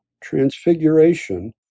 transfiguration